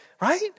right